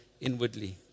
inwardly